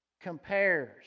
compares